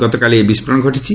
ଗତକାଲି ଏହି ବିସ୍ଫୋରଣ ଘଟିଛି